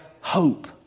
hope